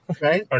Right